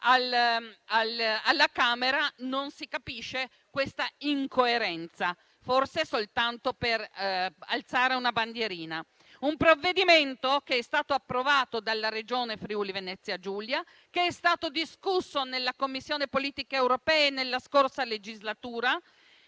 alla Camera, non si capisce questa incoerenza, forse soltanto per alzare una bandierina. Il provvedimento è stato approvato dalla Regione Friuli-Venezia Giulia; è stato discusso nella Commissione per le politiche europee nella scorsa legislatura